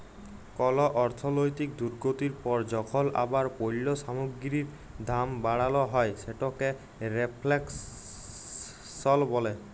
call অর্থলৈতিক দুর্গতির পর যখল আবার পল্য সামগ্গিরির দাম বাড়াল হ্যয় সেটকে রেফ্ল্যাশল ব্যলে